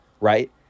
right